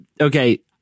okay